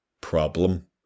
problem